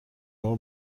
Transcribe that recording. اقا